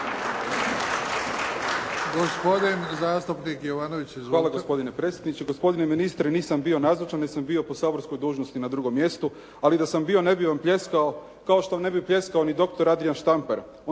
Hvala gospodine predsjedniče.